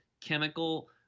chemical